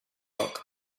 rock